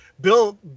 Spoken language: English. Bill